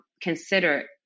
consider